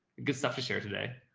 good stuff to share today.